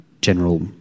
general